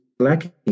lacking